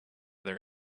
their